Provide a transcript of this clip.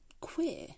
queer